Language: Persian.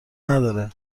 نداره